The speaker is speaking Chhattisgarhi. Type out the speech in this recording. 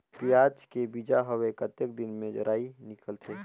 पियाज के बीजा हवे कतेक दिन मे जराई निकलथे?